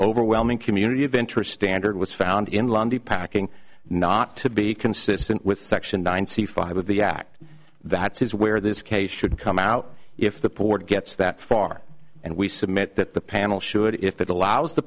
overwhelming community of interest standard was found in lundie packing not to be consistent with section nine c five of the act that says where this case should come out if the port gets that far and we submit that the panel should if it allows the